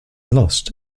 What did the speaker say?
lost